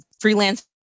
freelance